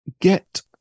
Get